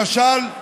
למשל,